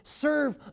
serve